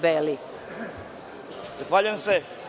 Zahvaljujem se.